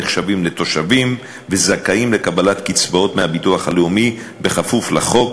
נחשבים לתושבים וזכאים לקבלת קצבאות מהביטוח הלאומי בכפוף לחוק